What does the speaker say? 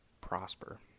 prosper